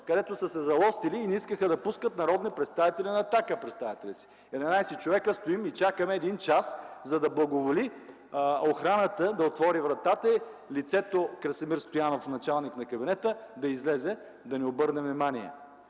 където са се залостили и не искаха да пускат народни представителства на „Атака”, представяте ли си?! Единадесет човека стоим и чакаме един час, за да благоволи охраната да отвори вратата и лицето Красимир Стоянов – началник на кабинета, да излезе и да ни обърне внимание.